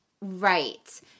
Right